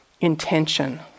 intention